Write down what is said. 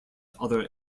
other